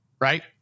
Right